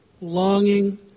longing